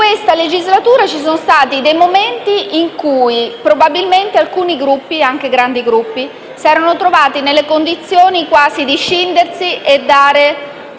in questa legislatura ci sono stati dei momenti in cui alcuni Gruppi, anche grandi, si erano trovati nelle condizioni quasi di scindersi e dare luogo